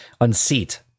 Unseat